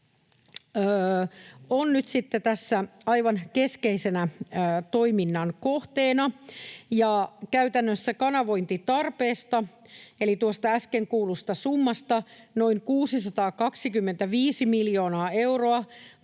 sitten tässä aivan keskeisenä toiminnan kohteena, ja käytännössä kanavointitarpeesta, eli tuosta äsken kuullusta summasta, noin 625 miljoonaa euroa